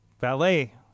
valet